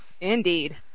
indeed